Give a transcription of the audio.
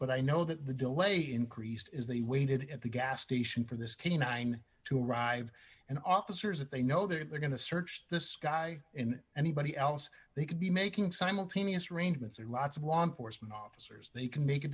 but i know that the delay increased as they waited at the gas station for this can you nine to arrive and officers that they know they're going to search this guy in anybody else they could be making simultaneous arrangements or lots of law enforcement officers they can make a